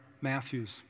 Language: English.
Matthews